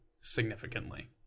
Significantly